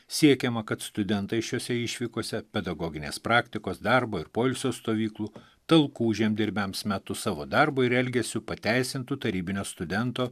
siekiama kad studentai šiose išvykose pedagoginės praktikos darbo ir poilsio stovyklų talkų žemdirbiams metu savo darbu ir elgesiu pateisintų tarybinio studento